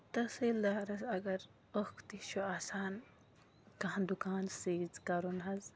تحصیٖلدارَس اگر ٲکھتٕے چھُ آسان کانٛہہ دُکان سیٖز کَرُن حظ